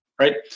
right